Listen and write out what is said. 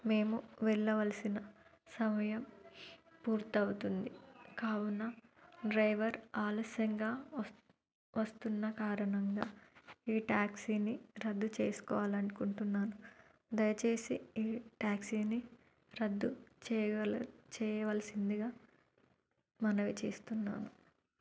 మేము వెళ్ళవలసిన సమయం పూర్తవుతుంది కావున డ్రైవర్ ఆలస్యంగా వస్తు వస్తున్న కారణంగా ఈ టాక్సీని రద్దు చేసుకోవాలనుకుంటున్నాను దయచేసి ఈ టాక్సీని రద్దు చేయగల చేయవలసిందిగా మనవి చేస్తున్నాను